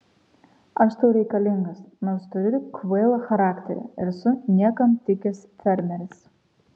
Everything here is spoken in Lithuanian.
aš tau reikalingas nors turiu kvailą charakterį ir esu niekam tikęs fermeris